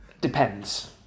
Depends